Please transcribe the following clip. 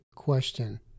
question